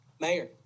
Mayor